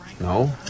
No